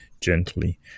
gently